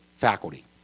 faculty